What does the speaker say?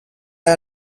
are